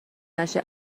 نشه